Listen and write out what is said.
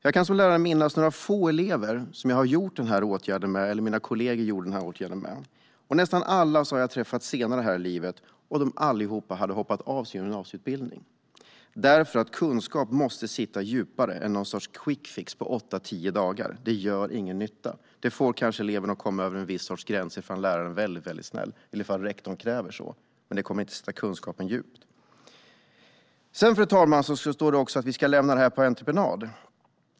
Jag kan minnas några få elever som jag eller mina lärarkollegor har vidtagit denna åtgärd med. Nästan alla jag träffade senare i livet hade hoppat av sin gymnasieutbildning eftersom kunskap måste sitta djupare än med någon sorts quick fix på åtta tio dagar. Det gör ingen nytta. Det kanske får eleven att komma över en viss gräns ifall läraren är snäll eller rektorn kräver det, men kunskapen kommer inte att sitta djupt. Fru talman! Det står också att detta ska lämnas på entreprenad.